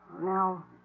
Now